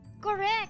Correct